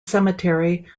cemetery